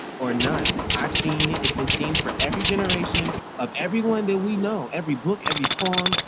or none. i've seen it it's been seen for every generation of everyone that we know every book, every poem,